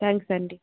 thanks అండి